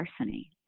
larceny